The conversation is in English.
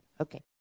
Okay